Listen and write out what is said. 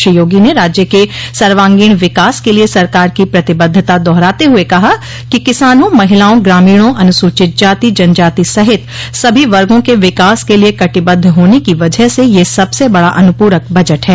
श्री योगी ने राज्य के सर्वांगीण विकास के लिए सरकार की प्रतिबद्धता दोहराते हुए कहा कि किसानों महिलाओं ग्रामीणों अनुसूचित जाति जनजाति सहित सभी वर्गो के विकास के लिए कटिबद्ध होने की वजह से यह सबसे बड़ा अनुपूरक बजट है